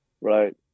Right